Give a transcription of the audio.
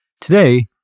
Today